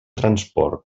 transport